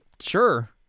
sure